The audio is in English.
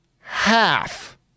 half